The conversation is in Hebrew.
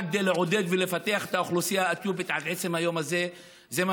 כדי לעודד ולפתח את האוכלוסייה האתיופית עד עצם היום זה.